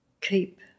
keep